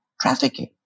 trafficking